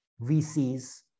VCs